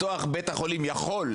בית החולים יכול,